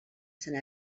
sant